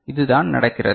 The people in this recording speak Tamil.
இதுதான் நடக்கிறது